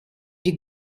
die